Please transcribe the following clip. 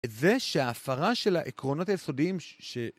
את זה שההפרה של העקרונות היסודיים ש...